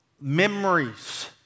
memories